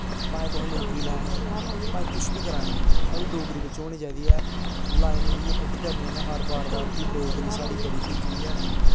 भाएं तुस नौकरी लै ने भाएं कुछ बी करा दे तुस साढ़ी डोगरी बिच होनी चाहिदी ऐ लाइन पुट करनी ऐ में हर बार बार कि डोगरी साढ़ी बड़ी स्हेई चीज ऐ